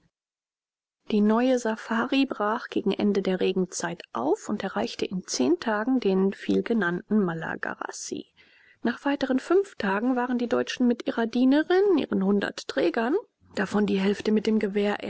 die neue safari brach gegen ende der regenzeit auf und erreichte in zehn tagen den vielgenannten malagarassi nach weiteren fünf tagen waren die deutschen mit ihrer dienerin ihren hundert trägern davon die hälfte mit dem gewehr